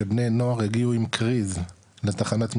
שבני נוער הגיעו עם קריז לתחנת משטרה,